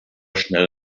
schnell